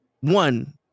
one